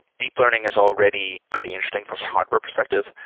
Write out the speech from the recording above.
deep learning is already pretty interesting from a hardware perspective.